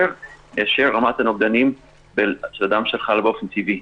מאשר רמת הנוגדנים של אדם שחלה באופן טבעי.